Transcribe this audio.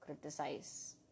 criticize